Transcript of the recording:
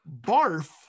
Barf